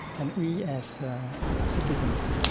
and we, as citizens,